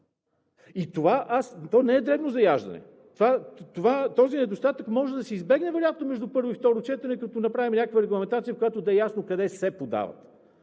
Това не е дребно заяждане. Този недостатък вероятно може да се избегне между първо и второ четене, като направим някаква регламентация, в която да е ясно къде се подават.